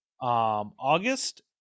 august